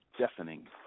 deafening